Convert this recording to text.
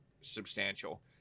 substantial